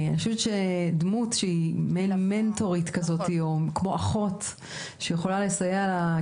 דמות שהיא מעין מנטורית או כמו אחות שיכולה לסייע לה,